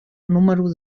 número